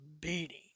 beating